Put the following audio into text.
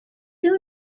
too